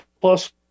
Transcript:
plus